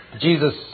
Jesus